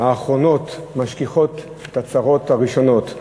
האחרונות משכיחות את הצרות הראשונות.